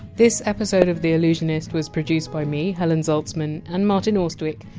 this episode of the allusionist was produced by me, helen zaltzman, and martin austwick,